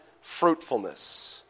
fruitfulness